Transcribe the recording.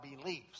beliefs